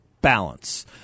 BALANCE